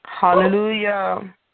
Hallelujah